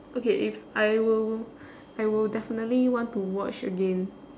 okay if I will I will definitely want to watch again